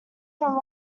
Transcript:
from